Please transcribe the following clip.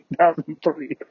2003